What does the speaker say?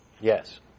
Yes